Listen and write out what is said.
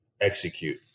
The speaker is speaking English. execute